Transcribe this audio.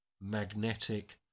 magnetic